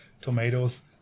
tomatoes